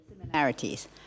Similarities